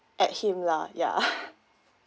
at him lah ya